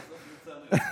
עוד מעט נמצא פה גז.